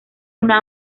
una